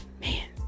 Man